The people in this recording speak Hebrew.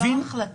זו לא החלטה.